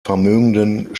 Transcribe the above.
vermögenden